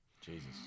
Jesus